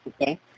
Okay